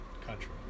country